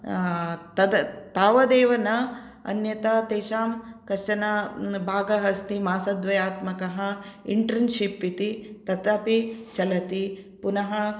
तद् तावदेव न अन्यथा तेषां कश्चन भागः अस्ति मासद्वयात्मकः इण्टर्न्शिप् इति तदपि चलति पुनः